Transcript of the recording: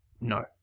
No